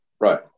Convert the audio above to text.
right